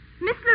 Miss